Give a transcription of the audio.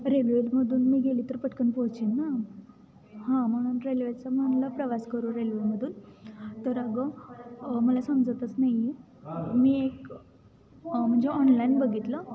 रेल्वेमधून मी गेली तर पटकन पोहोचीन ना हां म्हणून रेल्वेचा म्हटला प्रवास करू रेल्वेमधून तर अगं मला समजतच नाही आहे मी एक म्हणजे ऑनलाईन बघितलं